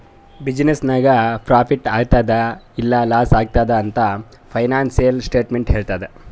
business ನಾಗ್ profit ಆತ್ತುದ್ ಇಲ್ಲಾ ಲಾಸ್ ಆತ್ತುದ್ ಅಂತ್ ಫೈನಾನ್ಸಿಯಲ್ ಸ್ಟೇಟ್ಮೆಂಟ್ ಹೆಳ್ತುದ್